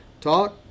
talk